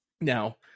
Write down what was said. Now